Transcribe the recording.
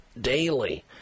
daily